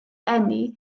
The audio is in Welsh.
eni